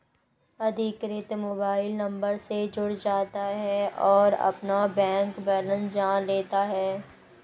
अधिकृत mobile number से जुड़ जाता है और अपना बैंक बेलेंस जान लेता है